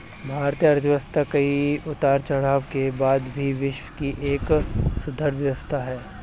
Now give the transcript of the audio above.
भारतीय अर्थव्यवस्था कई उतार चढ़ाव के बाद भी विश्व की एक सुदृढ़ व्यवस्था है